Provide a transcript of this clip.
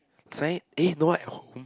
suddenly eh no one at home